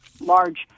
large